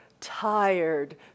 tired